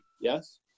Yes